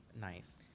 nice